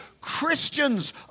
Christians